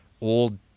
old